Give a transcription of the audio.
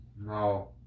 No